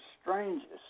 strangest